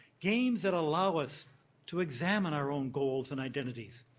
games that allow us to examine our own goals and identities,